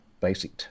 basic